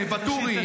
ואטורי,